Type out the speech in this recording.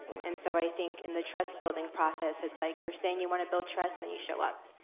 and so i think in the trust building process, it's like you're saying you want to build trust and then you show up.